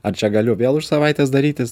ar čia galiu vėl už savaitės darytis